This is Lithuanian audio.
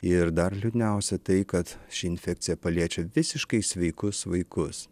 ir dar liūdniausia tai kad ši infekcija paliečia visiškai sveikus vaikus